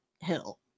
hill